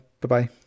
Bye-bye